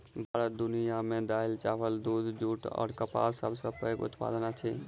भारत दुनिया मे दालि, चाबल, दूध, जूट अऔर कपासक सबसे पैघ उत्पादक अछि